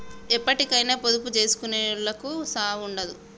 ఎప్పటికైనా పొదుపు జేసుకునోళ్లకు సావుండదు